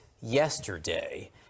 yesterday